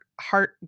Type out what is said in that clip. heart